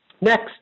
Next